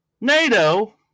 NATO